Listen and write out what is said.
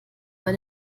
bei